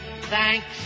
thanks